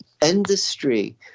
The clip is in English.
industry